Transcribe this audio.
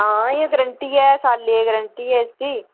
हां इ'यां ग्रांटी ऐ साले दी ग्रांटी ऐ इसदी